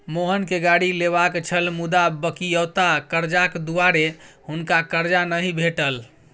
मोहनकेँ गाड़ी लेबाक छल मुदा बकिऔता करजाक दुआरे हुनका करजा नहि भेटल